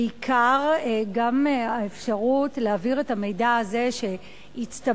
בעיקר מהאפשרות להעביר את המידע הזה שהצטבר